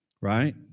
right